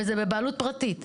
וזה בבעלות פרטית.